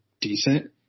decent